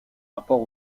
rapport